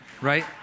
Right